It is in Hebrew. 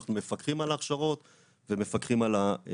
אנחנו מפקחים על ההכשרות ומפקחים על המכללות.